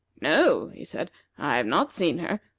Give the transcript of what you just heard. no, he said i have not seen her,